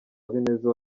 habineza